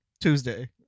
tuesday